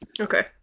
Okay